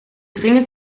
dringend